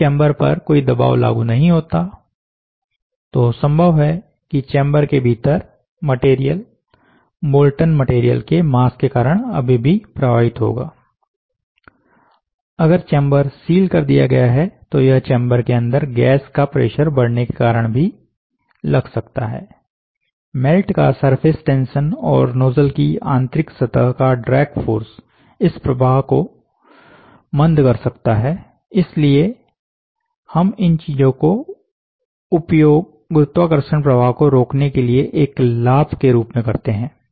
यदि चेंबर पर कोई दबाव लागू नहीं होता है तो संभव है कि चेंबर के भीतर मटेरियल मोल्टन मटेरियल के मास के कारण अभी भी प्रवाहित होगा अगर चेंबर सील कर दिया गया है तो यह चेंबर के अंदर गैस का प्रेशर बढ़ने के कारण भी लग सकता है मेल्ट का सरफेस टेंशन और नोजल की आंतरिक सतह का ड्रेग फोर्स इस प्रभाव को मंद कर सकता है इसलिए हम इन चीजों का उपयोग गुरुत्वाकर्षण प्रवाह को रोकने के लिए एक लाभ के रूप में करते हैं